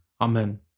Amen